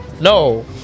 No